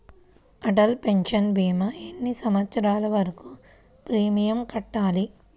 Atal pension భీమా ఎన్ని సంవత్సరాలు వరకు ప్రీమియం కట్టాలి?